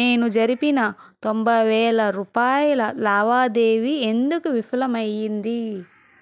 నేను జరిపిన తొంభై వేల రూపాయల లావాదేవీ ఎందుకు విఫలం అయ్యింది